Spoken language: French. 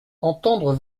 entendre